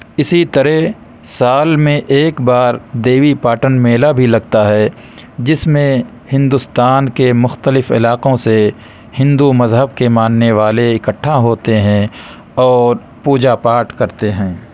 اسی طرح سال میں ایک بار دیوی پاٹن میلہ بھی لگتا ہے جس میں ہندوستان کے مختلف علاقوں سے ہندو مذہب کے ماننے والے اکٹھا ہوتے ہیں اور پوجا پاٹ کرتے ہیں